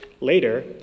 Later